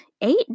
eight